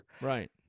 Right